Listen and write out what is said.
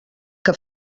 que